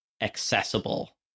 accessible